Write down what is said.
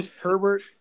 Herbert